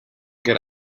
get